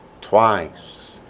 Twice